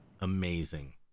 amazing